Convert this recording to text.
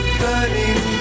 burning